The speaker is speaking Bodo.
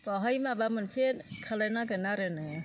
बेवहाय माबा मोनसे खालामनांगोन आरो नोङो